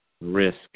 risk